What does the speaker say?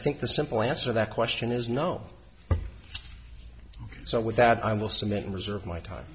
think the simple answer that question is no so with that i will submit reserve my time